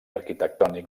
arquitectònic